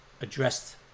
addressed